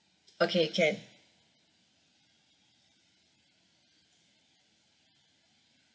okay can